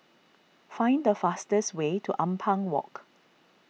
find the fastest way to Ampang Walk